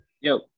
Yo